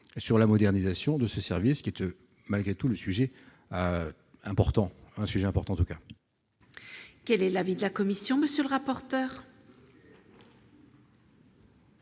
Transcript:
sur la modernisation de ce service qui était malgré tout le sujet important, un sujet important de cas. Quel est l'avis de la Commission, monsieur le rapporteur.